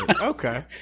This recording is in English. Okay